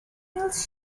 else